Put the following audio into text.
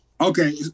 okay